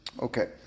Okay